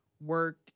work